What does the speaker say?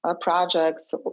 projects